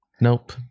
nope